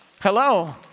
Hello